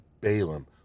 Balaam